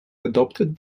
adopted